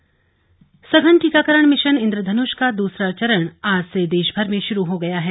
mission Indradhanush सघन टीकाकरण mission Indradhanush का दूसरा चरण आज से देशभर में शुरू हो गया है